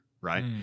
right